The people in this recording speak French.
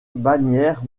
bagnères